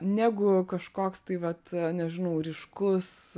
negu kažkoks tai vat nežinau ryškus